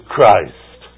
Christ